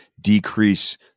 decrease